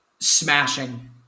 Smashing